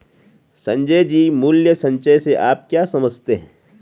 संजय जी, मूल्य संचय से आप क्या समझते हैं?